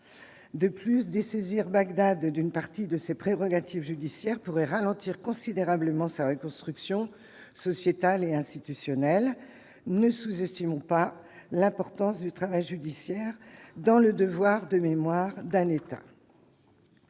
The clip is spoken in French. de plus dessaisir Bagdad d'une partie de ses prérogatives judiciaires pourraient ralentir considérablement sa reconstruction sociétale et institutionnelle ne sous-estimons pas l'importance du travail judiciaire dans Le Devoir de mémoire d'un État.